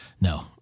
No